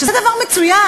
שזה דבר מצוין,